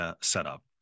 setup